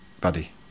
buddy